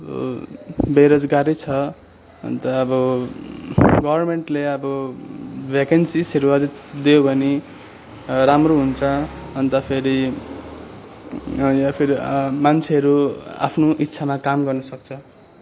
बेरोजगारै छ अन्त अब गभर्नमेन्टले अब भेकेन्सिजहरू अझै दियो भने राम्रो हुन्छ अन्त फेरि या फिर मान्छेहरू आफ्नो इच्छामा काम गर्न सक्छ